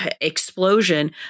explosion